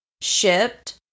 shipped